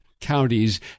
counties